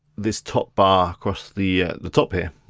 this top bar across the the top here.